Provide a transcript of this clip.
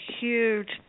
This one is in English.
huge